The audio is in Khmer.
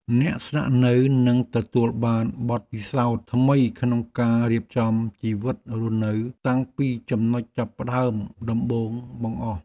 អ្នកស្នាក់នៅនឹងទទួលបានបទពិសោធន៍ថ្មីក្នុងការរៀបចំជីវិតរស់នៅតាំងពីចំណុចចាប់ផ្ដើមដំបូងបង្អស់។